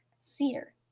Cedar